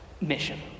mission